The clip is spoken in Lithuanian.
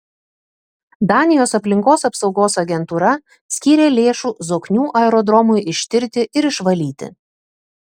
danijos aplinkos apsaugos agentūra skyrė lėšų zoknių aerodromui ištirti ir išvalyti